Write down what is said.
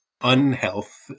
unhealth